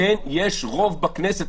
וכן יש רוב בכנסת.